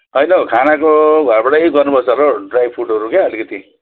होइन हौ खानाको घरबाटै गर्नुपर्छ होला हौ ड्राई फुडहरू क्या अलिकति